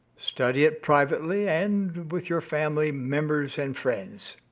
study it privately and with your family members and friends.